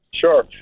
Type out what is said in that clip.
Sure